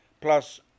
plus